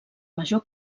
major